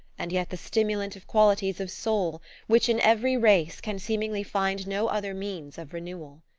and yet the stimulant of qualities of soul which, in every race, can seemingly find no other means of renewal.